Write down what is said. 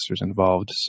involved